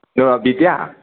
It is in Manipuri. ꯕꯤꯗ꯭ꯌꯥ